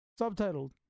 subtitled